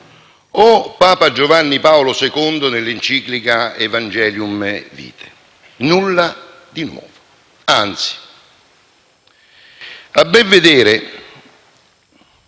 o Papa Giovanni Paolo II nell'enciclica «Evangelium Vitae». Nulla di nuovo; anzi, a ben vedere